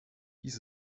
dies